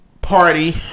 party